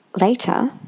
later